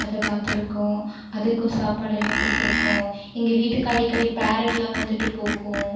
அதை பார்த்திருக்கோம் அதுக்கும் சாப்பாடு எல்லாம் கொடுத்துருக்கோம் எங்கள் வீட்டுக்கு அடிக்கடி பேரட்லாம் வந்துகிட்டு போகும்